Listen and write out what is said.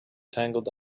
tangled